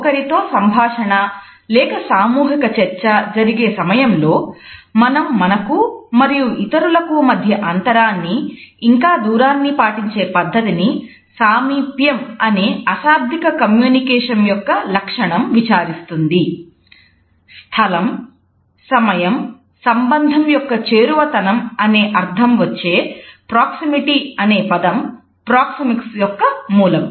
ఒకరితో సంభాషణ లేక సామూహిక చర్చ జరిగే సమయంలో మనం మనకు మరియు ఇతరులకు మధ్య అంతరాన్ని ఇంకా దూరాన్నిపాటించే పద్ధతిని సామీప్యం అనే అశాబ్దిక కమ్యూనికేషన్ యొక్క మూలం